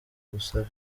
busabe